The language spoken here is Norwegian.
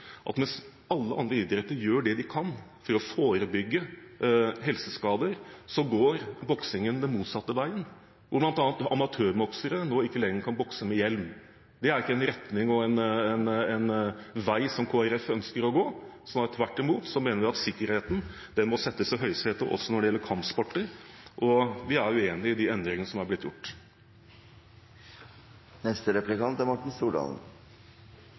at mens alle andre idretter gjør det de kan for å forebygge helseskader, går boksingen motsatt vei, bl.a. kan amatørboksere nå ikke lenger bokse med hjelm. Det er ikke en retning og en vei som Kristelig Folkeparti ønsker å gå. Tvert imot mener vi at sikkerheten må settes i høysetet også når det gjelder kampsport, og vi er uenig i de endringene som er blitt